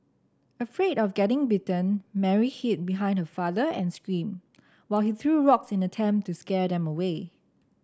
afraid of getting bitten Mary hid behind her father and screamed while he threw rocks in an attempt to scare them away